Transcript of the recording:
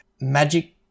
magic